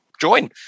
join